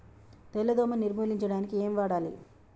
తెల్ల దోమ నిర్ములించడానికి ఏం వాడాలి?